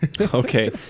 okay